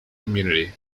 community